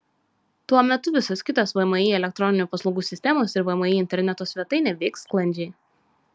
tuo metu visos kitos vmi elektroninių paslaugų sistemos ir vmi interneto svetainė veiks sklandžiai